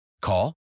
Call